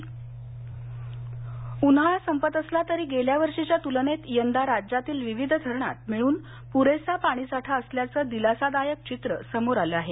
पाणी साठा उन्हाळा संपत आला असला तरी गेल्या वर्षीच्या तुलनेत यंदा राज्यातील विविध धरणात मिळून पुरेसा पाणीसाठा असल्याचं दिलासादायक चित्र समोर आलं आहे